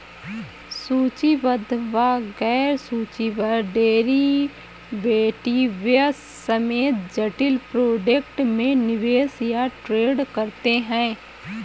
सूचीबद्ध व गैर सूचीबद्ध डेरिवेटिव्स समेत जटिल प्रोडक्ट में निवेश या ट्रेड करते हैं